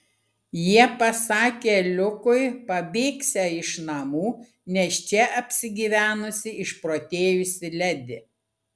jie pasakė liukui pabėgsią iš namų nes čia apsigyvenusi išprotėjusi ledi